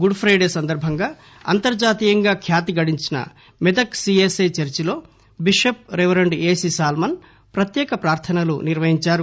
good Friday సందర్బంగా అంతర్లాతీయంగా ఖ్యాతి గడించిన మెదక్ సిఎస్ఐ చర్చి లో బిషప్ రెవరెండ్ ఏసీ సాల్మన్ ప్రత్యేక ప్రార్ధనలు నిర్వహించారు